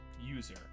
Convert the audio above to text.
user